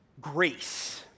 grace